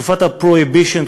תקופת ה-Prohibition,